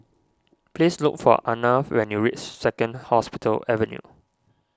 please look for Arnav when you reach Second Hospital Avenue